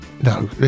No